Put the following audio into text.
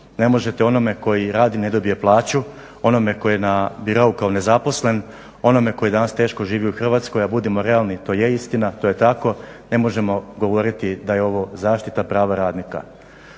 Ne možete onome koji radi ne dobije plaću, onome koji je na birou kao nezaposlen, onome koji danas teško živi u Hrvatskoj, a budimo realni to je istina, to je tako ne možemo govoriti da je ovo zaštita prava radnika.